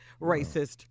racist